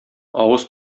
авыз